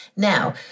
Now